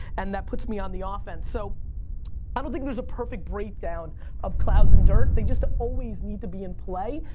and that puts me on the offense. so i don't think there's a perfect breakdown of clouds and dirt, they just always need to be in play,